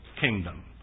kingdom